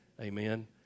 Amen